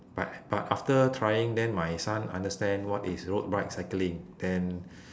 but but after trying then my son understand what is road bike cycling then